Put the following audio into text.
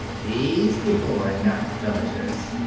these people are not villagers.